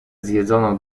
zjedzono